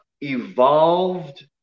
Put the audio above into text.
evolved